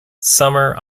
summer